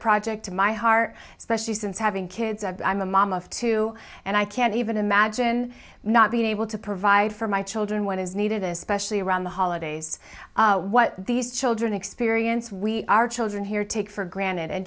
project to my heart especially since having kids i'm a mom of two and i can't even imagine not being able to provide for my children what is needed especially around the holidays what these children experience we our children here take for granted and